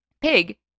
Pig